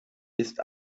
ist